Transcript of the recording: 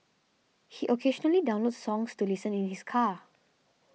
he occasionally downloads songs to listen in his car